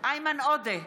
איימן עודה,